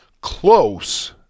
close